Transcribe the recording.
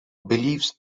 believes